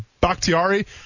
Bakhtiari